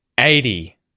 Eighty